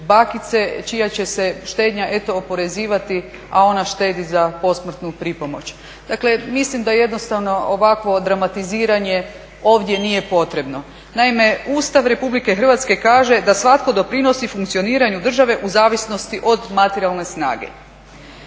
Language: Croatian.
bakice čija će se štednja eto oporezivati, a ona štedi za posmrtnu pripomoć. Dakle, mislim da jednostavno ovakvo dramatiziranje ovdje nije potrebno. Naime, Ustav Republike Hrvatske kaže da svatko doprinosi funkcioniranju države u zavisnosti od materijalne snage.